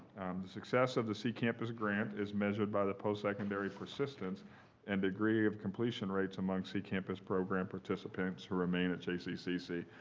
the success of the c campus grant is measured by the post-secondary persistence and degree of completion rates among c campus program participants who remain at jccc.